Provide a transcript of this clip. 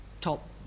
top